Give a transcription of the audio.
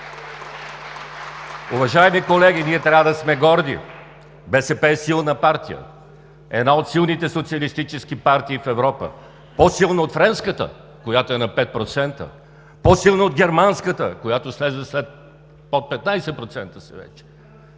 Уважаеми колеги, ние трябва да сме горди. БСП е силна партия, една от силните социалистически партии в Европа. По-силна от френската, която е на 5%, по-силна от германската, която слезе под 15% вече.